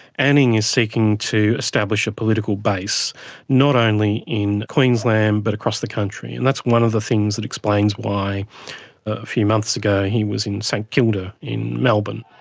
anning is seeking to establish a political base not only in queensland but across the country. and that's one of the things that explains why a few months ago he was in st kilda in melbourne.